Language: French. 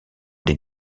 des